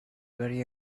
very